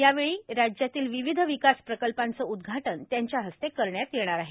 यावेळी राज्यातील विविध विकास प्रकल्पांचं उदघाटन त्यांच्या हस्ते करण्यात येणार आहे